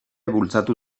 bultzatu